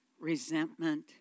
resentment